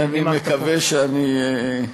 אני מקווה שאני,